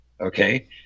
Okay